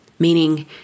Meaning